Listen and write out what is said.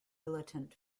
militant